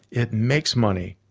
it makes money.